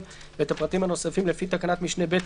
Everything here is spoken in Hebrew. ואת הפרטים הנוספים לפי תקנת משנה (ב),